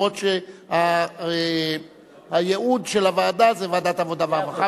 אף שהייעוד של ההצעה הוא ועדת העבודה והרווחה,